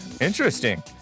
Interesting